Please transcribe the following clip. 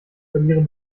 verlieren